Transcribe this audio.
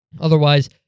Otherwise